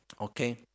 okay